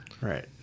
right